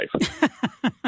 life